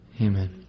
Amen